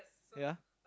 ya